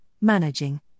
managing